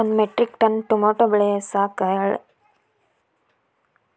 ಒಂದು metric ton tomato ಬೆಳಸಾಕ್ ಆಳಿಗೆ ಎಷ್ಟು ಖರ್ಚ್ ಆಕ್ಕೇತ್ರಿ?